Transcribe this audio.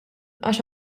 għax